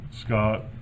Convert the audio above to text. Scott